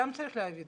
שם צריך להביע דעה.